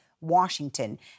Washington